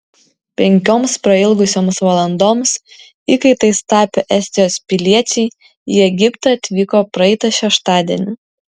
penkioms prailgusioms valandoms įkaitais tapę estijos piliečiai į egiptą atvyko praeitą šeštadienį